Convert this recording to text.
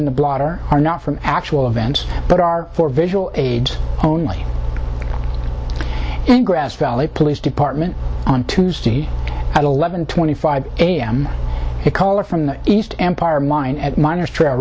in the blotter are not from actual events but are for visual aids only in grass valley police department on tuesday at a level twenty five am it caller from the east empire mine at minors trail